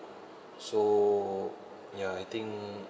so ya I think